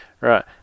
Right